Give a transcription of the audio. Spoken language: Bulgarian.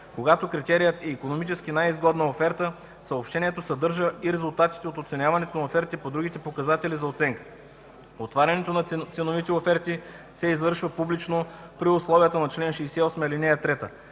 Когато критерият е икономически най-изгодна оферта, съобщението съдържа и резултатите от оценяването на офертите по другите показатели за оценка. Отварянето на ценовите оферти се извършва публично при условията на чл. 68, ал. 3.